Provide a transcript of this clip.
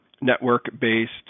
network-based